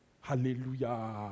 Hallelujah